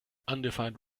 undefined